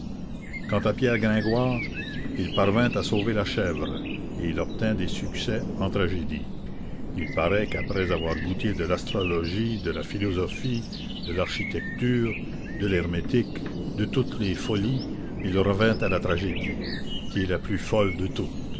quant à pierre gringoire il parvint à sauver la chèvre et il obtint des succès en tragédie il paraît qu'après avoir goûté de l'astrologie de la philosophie de l'architecture de l'hermétique de toutes les folies il revint à la tragédie qui est la plus folle de toutes